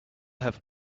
have